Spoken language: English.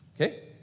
Okay